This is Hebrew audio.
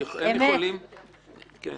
עמית בבקשה.